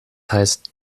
heißt